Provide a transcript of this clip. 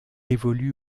évolue